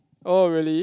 oh really